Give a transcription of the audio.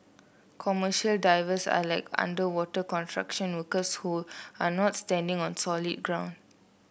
commercial divers are like underwater construction workers who are not standing on solid ground